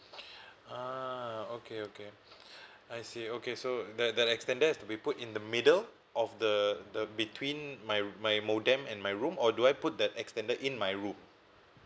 ah okay okay I see okay so that that extender has to be put in the middle of the the between my my modem and my room or do I put that extender in my room